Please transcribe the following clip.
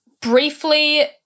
briefly